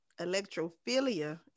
Electrophilia